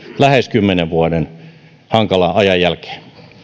lähes kymmenen vuoden hankalan ajan jälkeen no